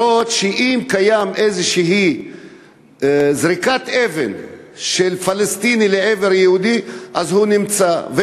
אם קיימת איזושהי זריקת אבן של פלסטיני לעבר יהודי אז הוא נמצא,